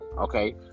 okay